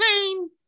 rain